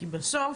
כי בסוף